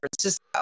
Francisco